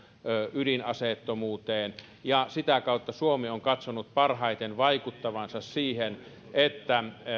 ydinaseettomuuteen ja sitä kautta suomi on katsonut parhaiten vaikuttavansa siihen että